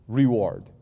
reward